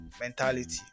mentality